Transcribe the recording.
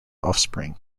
offspring